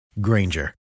Granger